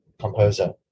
composer